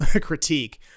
critique